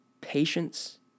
patience